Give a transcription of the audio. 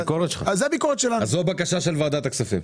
אז זו בקשה של ועדת הכספים.